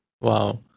Wow